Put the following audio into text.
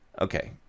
okay